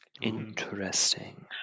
Interesting